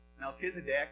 Melchizedek